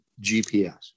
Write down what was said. GPS